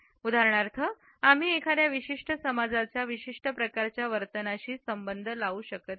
उदाहरणार्थ आम्ही एखाद्या विशिष्ट समाजाचा विशिष्ट प्रकारच्या वर्तनाशीसंबद्ध लावू शकत नाही